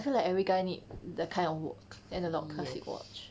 I feel like every guy need the kind of work analogue classic watch